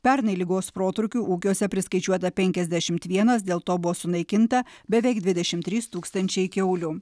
pernai ligos protrūkių ūkiuose priskaičiuota penkiasdešimt vienas dėl to buvo sunaikinta beveik dvidešimt trys tūkstančiai kiaulių